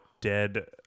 dead